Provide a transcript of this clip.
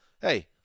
hey